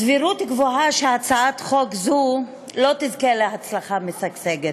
יש סבירות גבוהה שהצעת חוק זו לא תזכה להצלחה משגשגת,